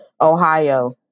Ohio